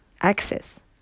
access